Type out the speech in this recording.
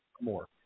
more